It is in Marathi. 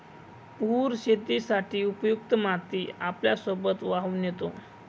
पूर शेतीसाठी उपयुक्त माती आपल्यासोबत वाहून नेतो